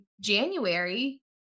January